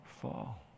Fall